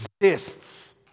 exists